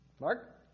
Mark